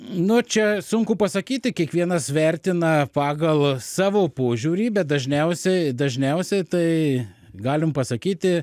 nu čia sunku pasakyti kiekvienas vertina pagal savo požiūrį bet dažniausiai dažniausiai tai galim pasakyti